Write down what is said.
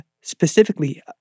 specifically